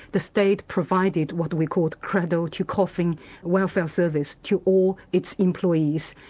the state provided what we called cradle to coffin welfare service to all its employees.